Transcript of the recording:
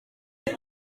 bydd